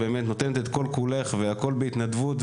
נותנת את כל כולך והכול בהתנדבות,